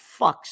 fucks